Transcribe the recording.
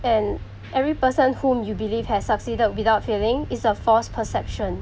and every person whom you believe has succeeded without failing is a false perception